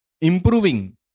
improving